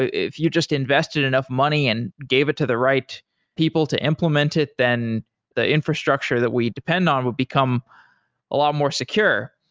if you just invested enough money and gave it to the right people to implement it, then the infrastructure that we depend on would become a lot more secure.